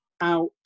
out